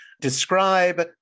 describe